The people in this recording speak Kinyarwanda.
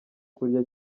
kurya